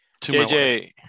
JJ